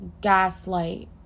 gaslight